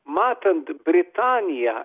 matant britaniją